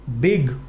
big